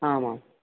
आम् आम्